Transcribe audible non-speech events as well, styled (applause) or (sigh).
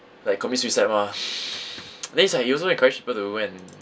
like commit suicide mah (breath) (noise) then it's like you also encourage people to go and